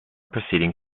proceeding